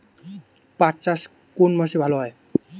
পাট চাষ কোন মাসে ভালো হয়?